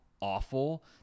awful